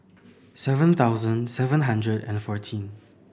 seven thousand seven hundred and fourteen